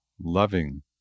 loving